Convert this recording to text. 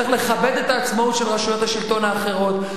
צריך לכבד את העצמאות של רשויות השלטון האחרות.